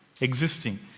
existing